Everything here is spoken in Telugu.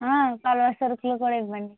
పలావ్ సరుకులు కూడా ఇవ్వండి